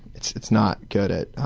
it's it's not good at